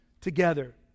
together